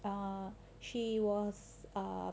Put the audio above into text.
err she was a